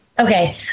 Okay